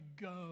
go